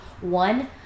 One